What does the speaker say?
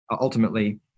ultimately